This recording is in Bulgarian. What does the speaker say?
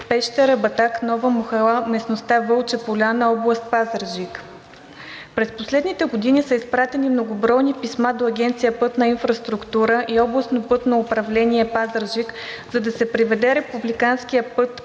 Пещера – Батак – Нова махала – местността Вълча поляна, област Пазарджик. През последните години са изпратени многобройни писма до Агенция „Пътна инфраструктура“ и Областно пътно управление – Пазарджик, за да се приведе републиканският път